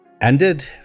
ended